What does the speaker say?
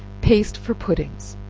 paste for puddings.